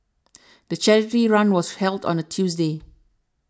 the charity run was held on a Tuesday